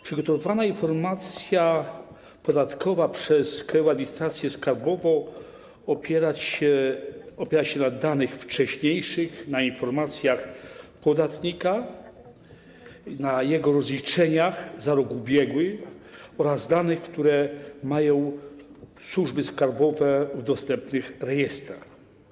Przygotowana informacja podatkowa przez Krajową Administrację Skarbową opiera się na danych wcześniejszych, na informacjach podatnika, na jego rozliczeniach za rok ubiegły oraz danych, które mają służby skarbowe w dostępnych rejestrach.